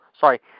sorry